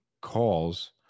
calls